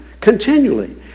continually